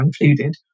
included